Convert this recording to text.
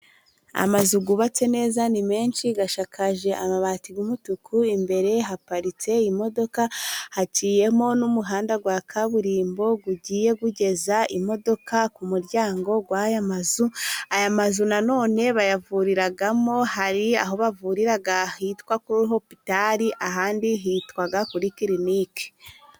Amazu yubatse neza ni menshi ashakaje amabati y'umutuku, imbere haparitse imodoka, haciyemo n'umuhanda wa kaburimbo ugiye ugeza imodoka ku muryango w'aya mazu. Aya mazu nanone bayavuriramo, hari aho bavurira hitwa kuri Hopitali, ahandi hitwa kuri Kirinike.